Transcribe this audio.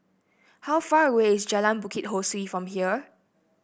how far away is Jalan Bukit Ho Swee from here